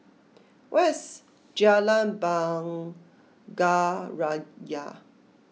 where is Jalan Bunga Raya